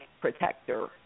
protector